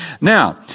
Now